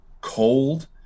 cold